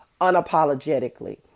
unapologetically